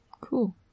Cool